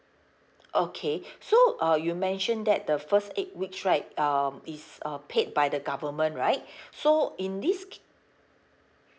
okay so uh you mentioned that the first eight weeks right um is uh paid by the government right so in this